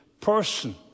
person